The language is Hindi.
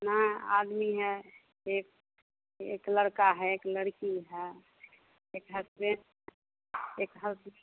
ना आदमी है एक एक लड़का है एक लड़की है एक हसबैंड एक हसबैंड है